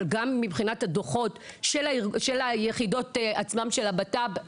אבל גם מבחינת הדוחות של היחידות עצמן: הבט"פ,